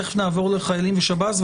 תכף נעבור לחיילים ושב"ס.